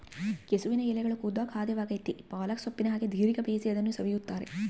ಕೆಸುವಿನ ಎಲೆಗಳು ಕೂಡ ಖಾದ್ಯವಾಗೆತೇ ಪಾಲಕ್ ಸೊಪ್ಪಿನ ಹಾಗೆ ದೀರ್ಘ ಬೇಯಿಸಿ ಅದನ್ನು ಸವಿಯುತ್ತಾರೆ